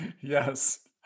yes